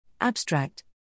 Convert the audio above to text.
Abstract